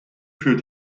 für